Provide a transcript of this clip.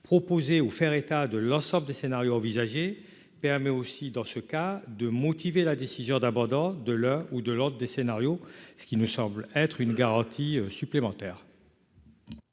proposé ou faire état de l'ensemble des scénarios envisagés permet aussi, dans ce cas de motiver la décision d'abandon de la ou de l'autre des scénarios, ce qui nous semble être une garantie supplémentaire.